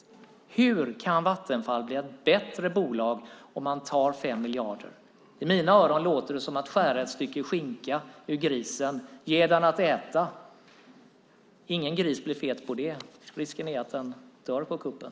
Hur kan Vattenfall bli ett bättre bolag om man tar 5 miljarder? Jag tycker att det är som att skära ett stycke skinka ur grisen och ge den det att äta. Ingen gris blir fet på det, och risken är att den dör på kuppen.